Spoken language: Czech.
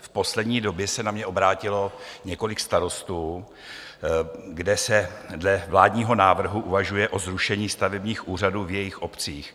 V poslední době se na mě obrátilo několik starostů, kde se dle vládního návrhu uvažuje o zrušení stavebních úřadů v jejich obcích.